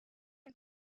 del